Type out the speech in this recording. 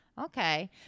Okay